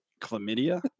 chlamydia